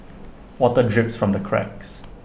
water drips from the cracks